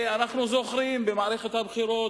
ואנחנו זוכרים במערכת הבחירות,